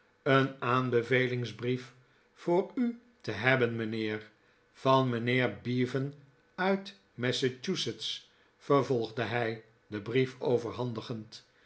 een aanbevelingsbrief voor u te hebben mijnheer van mijnheer bevan uit massachusetts vervolgde hij den brief overhandigend